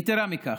יתרה מזו,